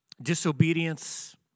disobedience